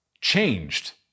changed